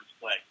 play